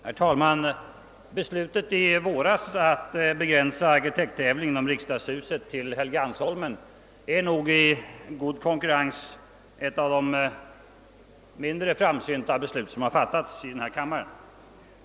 Herr talman! Beslutet i våras att begränsa arkitekttävlingen om Riksdagshuset till Helgeandsholmen är nog i god konkurrens ett av de mindre framsynta beslut som har fattats i denna kammare.